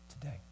today